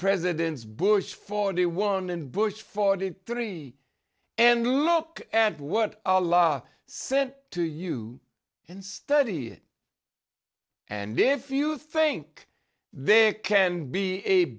presidents bush forty one and bush forty three and look at what a law sent to you and study it and if you think there can be a